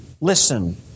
listen